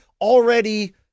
already